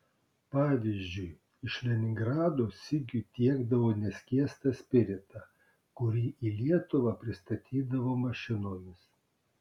pavyzdžiui iš leningrado sigiui tiekdavo neskiestą spiritą kurį į lietuvą pristatydavo mašinomis